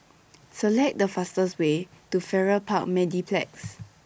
Select The fastest Way to Farrer Park Mediplex